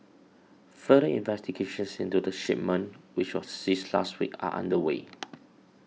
further investigations into the shipment which was seized last week are underway